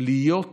להיות